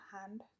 hand